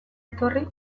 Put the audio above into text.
etorri